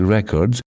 Records